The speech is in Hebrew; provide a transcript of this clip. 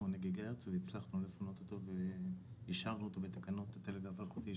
5.8 גיגה הרץ והצלחנו לאשר אותו בתקנות הטלגרף האלחוטי,